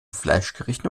fleischgerichten